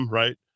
right